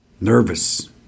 Nervous